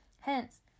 Hence